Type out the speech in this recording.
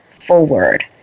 forward